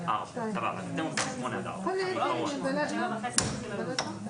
ייצרנו לכם איזושהי תוספת תקציבית ואשרי המאמין.